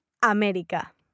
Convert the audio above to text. América